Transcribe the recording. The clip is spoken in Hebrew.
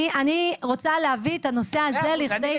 אני רוצה להביא את הנושא הזה לכדי פתרון.